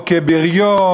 או כבריון,